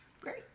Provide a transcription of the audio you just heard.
Great